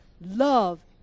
love